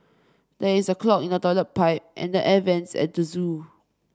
there is a clog in the toilet pipe and the air vents at the zoo